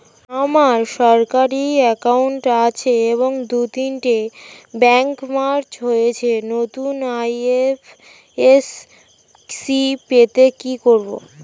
আমার সরকারি একাউন্ট আছে এবং দু তিনটে ব্যাংক মার্জ হয়েছে, নতুন আই.এফ.এস.সি পেতে কি করব?